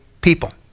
people